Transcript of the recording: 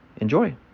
Enjoy